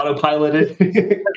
autopiloted